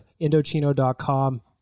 Indochino.com